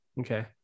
okay